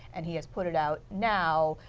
and he has put it out now.